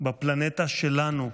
בפלנטה שלנו.